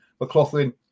McLaughlin